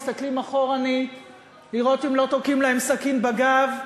מסתכלים אחורנית לראות אם לא תוקעים להם סכין בגב.